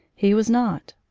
he was not.